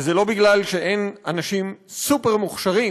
וזה לא בגלל שאין אנשים סופר-מוכשרים